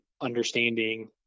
understanding